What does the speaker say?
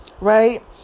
Right